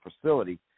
facility